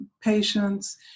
patients